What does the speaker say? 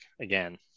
again